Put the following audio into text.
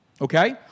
Okay